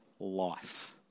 life